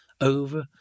over